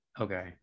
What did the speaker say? okay